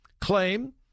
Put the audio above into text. claim